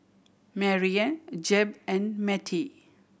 Marianne Jeb and Matie